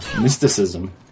mysticism